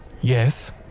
yes